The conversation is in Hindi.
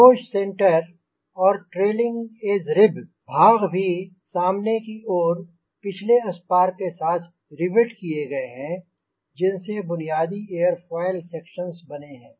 नोज़ सेंटर और ट्रेलिंग एज रिब भाग भी सामने की ओर पिछले स्पार के साथ रिवेट किए गए हैं जिनसे बुनियादी ऐरोफ़ोईल सेक्शंज़ बने हैं